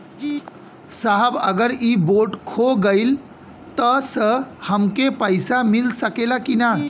साहब अगर इ बोडखो गईलतऽ हमके पैसा मिल सकेला की ना?